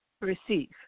receive